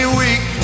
weak